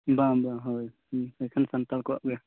ᱵᱟᱝ ᱵᱟᱝ ᱦᱳᱭ ᱮᱠᱷᱮᱱ ᱥᱟᱱᱛᱟᱲ ᱠᱚᱣᱟᱜ ᱜᱮ